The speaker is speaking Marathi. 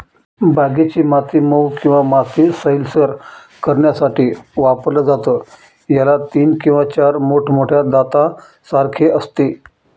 बागेची माती मऊ किंवा माती सैलसर करण्यासाठी वापरलं जातं, याला तीन किंवा चार मोठ्या मोठ्या दातांसारखे असते